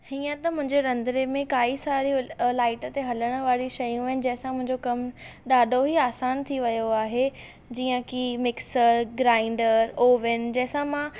हीअं त मुंहिंजे रंधिणे में काई सारी लाइट ते हलण वारी शयूं आहिनि जंहिं सां मुंहिंजो कमु ॾाढो ई आसानु थी वियो आहे जीअं की मिक्सर ग्राइंडर ओवन जंहिं सां मां